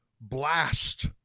blast